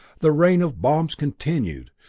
the rain of bombs continued,